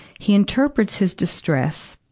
he interprets his distress,